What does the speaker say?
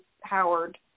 Howard